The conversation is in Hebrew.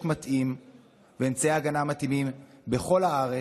מתאים ואמצעי הגנה מתאימים בכל הארץ,